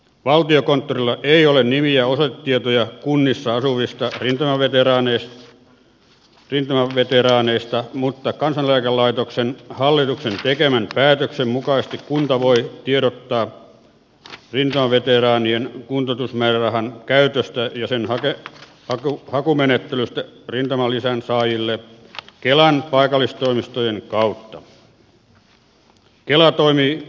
valtiokonttorilla ei ole nimi eikä osoitetietoja kunnissa asuvista rintamaveteraaneista mutta kansaneläkelaitoksen hallituksen tekemän päätöksen mukaisesti kunta voi tiedottaa rintamaveteraanien kuntoutusmäärärahan käytöstä ja sen hakumenettelystä rintamalisän saajille kelan paikallistoimistojen kautta